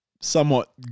somewhat